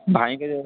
ଭାଇଙ୍କ